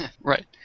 right